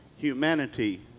Humanity